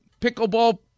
pickleball